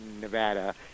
nevada